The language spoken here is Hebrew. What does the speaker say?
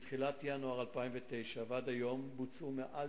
מתחילת ינואר 2009 ועד היום בוצעו מעל